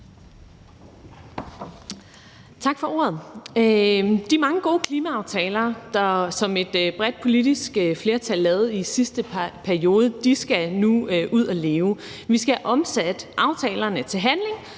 Tak for ordet. De mange gode klimaaftaler, som et bredt politisk flertal lavede i sidste periode, skal nu ud at leve. Vi skal have omsat aftalerne til handling